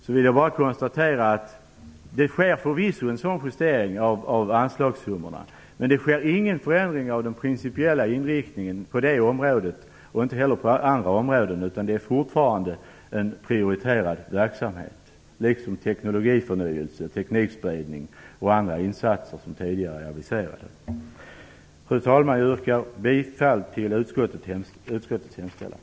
Jag vill bara konstatera att det sker förvisso en sådan justering av anslagssummorna, men det sker ingen förändring av den principiella inriktningen på det området och inte heller på andra områden. Det är fortfarande en prioriterad verksamhet, liksom teknologiförnyelse, teknikspridning och andra insatser som tidigare är aviserade. Fru talman! Jag yrkar bifall till utskottets hemställan.